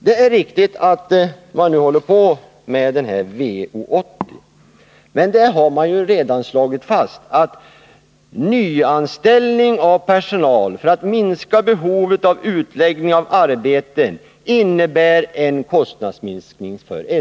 Det är riktigt att man nu håller på med utredningen VO 80, men där har ju redan slagits fast att nyanställning av personal för att minska behovet av utläggning av arbeten innebär en kostnadsminskning för SJ.